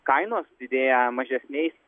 kainos didėja mažesniais